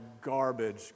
garbage